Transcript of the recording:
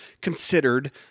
considered